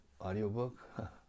audiobook